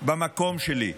במקום שלי,